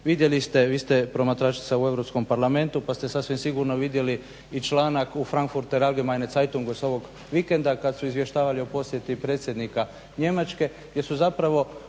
Vidjeli ste, vi ste promatračica u Europskom parlamentu pa ste sasvim sigurno vidjeli i članak u Frankfurter allgemaine zeitungu s ovog vikenda kad su izvještavali o posjeti predsjednika Njemačke gdje su zapravo